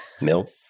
milk